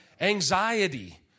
Anxiety